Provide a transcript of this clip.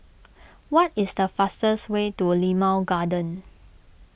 what is the fastest way to Limau Garden